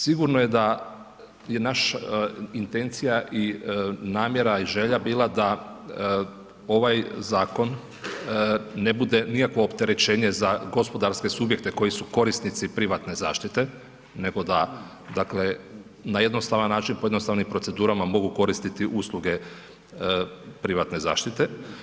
Sigurno je da je naša intencija i namjera i želja bila, da ovaj zakon, ne bude nikakvo opterećenje za gospodarske subjekte, koji su korisnici privatne zaštite, nego da na jednostavan način, po jednostavnim procedurama, mogu koristiti usluge privatne zaštite.